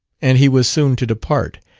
and he was soon to depart.